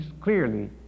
clearly